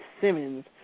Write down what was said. Simmons